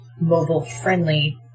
mobile-friendly